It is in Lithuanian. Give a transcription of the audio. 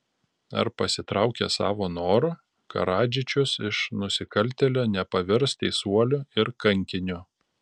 ar pasitraukęs savo noru karadžičius iš nusikaltėlio nepavirs teisuoliu ir kankiniu